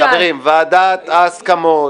חברים, ועדת ההסכמות